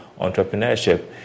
entrepreneurship